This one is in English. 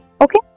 Okay